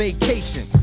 Vacation